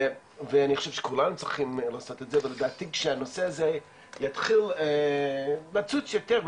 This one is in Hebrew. ולדעתי כשהנושא הזה יתחיל לצוץ יותר,